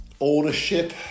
Ownership